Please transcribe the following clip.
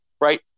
right